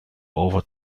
over